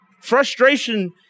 Frustration